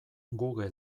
google